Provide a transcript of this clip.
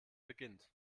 beginnt